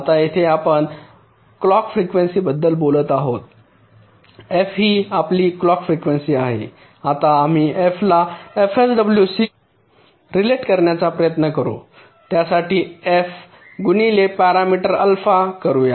आता येथे आपण क्लॉक फ्रिकवेंसीबद्दल बोलत आहोत f ही आपली क्लॉक फ्रिकवेंसी आहे आता आम्ही f ला fSW शी रिलेट करण्याचा प्रयत्न करू त्यासाठी एफ f गुणिले पॅरामीटर अल्फा करूया